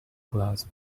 class